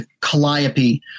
Calliope